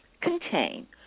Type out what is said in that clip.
contain